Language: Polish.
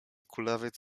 kulawiec